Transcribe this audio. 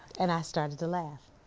and i started to laugh.